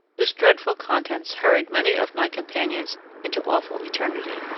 whose dreadful contents hurried many of my companions into awful eternity.